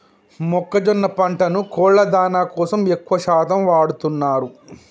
మొక్కజొన్న పంటను కోళ్ళ దానా కోసం ఎక్కువ శాతం వాడుతున్నారు